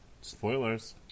Spoilers